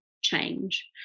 change